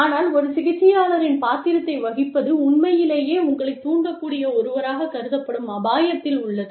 ஆனால் ஒரு சிகிச்சையாளரின் பாத்திரத்தை வகிப்பது உண்மையிலேயே உங்களைத் தூண்டக்கூடிய ஒருவராகக் கருதப்படும் அபாயத்தில் உள்ளது